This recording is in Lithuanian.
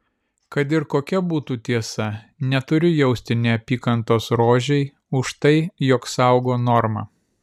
kad ir kokia būtų tiesa neturiu jausti neapykantos rožei už tai jog saugo normą